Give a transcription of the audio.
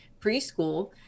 Preschool